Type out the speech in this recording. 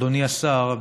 אדוני השר,